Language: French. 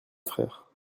frère